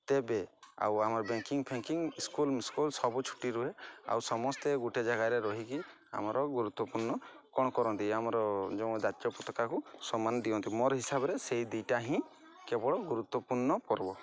ତେବେ ଆଉ ଆମର ବ୍ୟାଙ୍କିଙ୍ଗ୍ ଫେଙ୍କିଙ୍ଗ୍ ସ୍କୁ୍ଲ ବିସ୍କୁଲ୍ ସବୁ ଛୁଟି ରୁହେ ଆଉ ସମସ୍ତେ ଗୋଟେ ଜାଗାରେ ରହିକି ଆମର ଗୁରୁତ୍ୱପୂର୍ଣ୍ଣ କ'ଣ କରନ୍ତି ଆମର ଯେଉଁ ଜାତୀୟ ପତକାକୁ ସମ୍ମାନ ଦିଅନ୍ତି ମୋର ହିସାବରେ ସେହି ଦୁଇଟା ହିଁ କେବଳ ଗୁରୁତ୍ୱପୂର୍ଣ୍ଣ ପର୍ବ